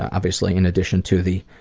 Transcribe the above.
obviously, in addition to the.